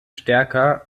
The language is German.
stärker